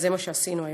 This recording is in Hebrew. וזה מה שעשינו היום.